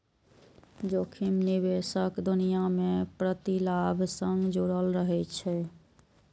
जोखिम निवेशक दुनिया मे प्रतिलाभ सं जुड़ल रहै छै